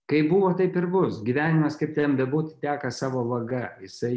kaip buvo taip ir bus gyvenimas kaip ten bebūtų teka savo vaga jisai